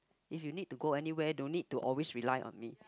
if you need to go anywhere don't need to always rely on me